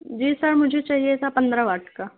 جی sir مجھے چاہیے تھا پندرہ واٹ کا